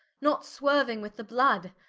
not sweruing with the blood,